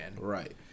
Right